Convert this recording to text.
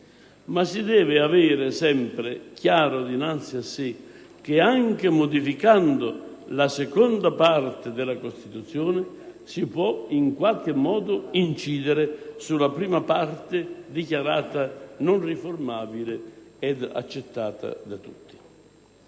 ma si deve avere sempre chiaro dinanzi a sé che anche modificando la seconda parte della Costituzione si può, in qualche modo, incidere sulla prima parte, dichiarata non riformabile ed accettata da tutti.